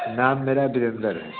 नाम मेरा विरेंद्र है